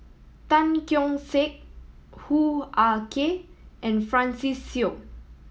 Tan Keong Saik Hoo Ah Kay and Francis Seow